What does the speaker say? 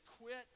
quit